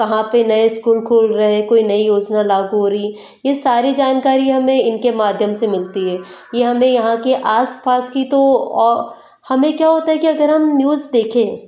कहाँ पर नए स्कूल खुल रहें हैं कोई नई योजना लागू हो रही है ये सारी जानकारी हमें इनके माध्यम से मिलती है यह हमें यहाँ के आस पास की तो हमें क्या होता है कि अगर हम न्यूज़ देखें